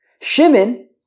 Shimon